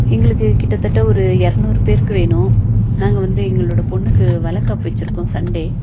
எங்களுக்கு கிட்டத்தட்ட ஒரு இரநூறு பேருக்கு வேணும் நாங்கள் வந்து எங்களோட பொண்ணுக்கு வளைகாப்பு வச்சிருக்கோம் சண்டே